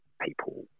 people